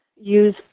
use